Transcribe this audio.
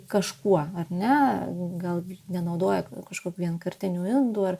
kažkuo ar ne gal nenaudoja kažkokių vienkartinių indų ar